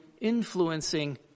influencing